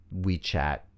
WeChat